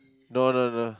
no no no